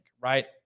right